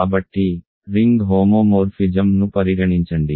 కాబట్టి రింగ్ హోమోమోర్ఫిజమ్ను పరిగణించండి